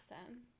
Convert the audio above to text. Awesome